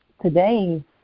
today